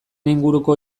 inguruko